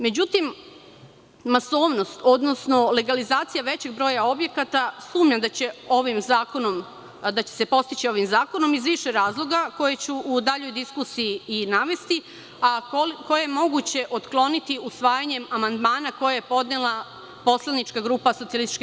Međutim, masovnost, odnosno legalizacija većeg broja objekata, sumnjam da će se postići ovim zakonom iz više razloga, koje ću u daljoj diskusiji navesti, a koje je moguće otkloniti usvajanjem amandmana koje je podnela poslanička grupa SPS.